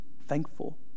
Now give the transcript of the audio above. Thankful